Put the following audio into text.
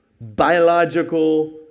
biological